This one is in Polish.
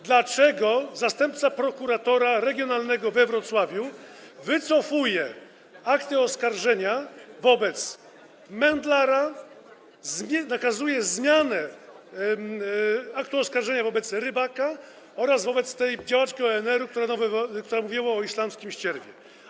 Dlaczego zastępca prokuratora regionalnego we Wrocławiu wycofuje akty oskarżenia wobec Międlara, nakazuje zmianę aktu oskarżenia wobec Rybaka oraz wobec tej działaczki ONR, która mówiła o islamskim ścierwie?